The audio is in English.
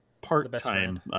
part-time